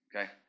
Okay